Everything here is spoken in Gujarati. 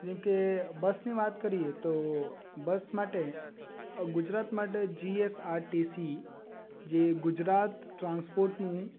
જેમકે બસની વાત કરીએ તો બસ માટે ગુજરાત માટે જીએસઆરટીસી જે ગુજરાત ટ્રાન્સપોર્ટનું